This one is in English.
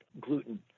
gluten